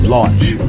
Launch